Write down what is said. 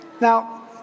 Now